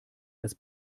als